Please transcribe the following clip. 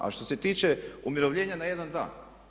A što se tiče umirovljenja na jedan dan.